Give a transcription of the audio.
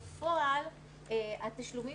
בפועל, התשלומים